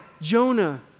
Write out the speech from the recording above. Jonah